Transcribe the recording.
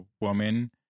woman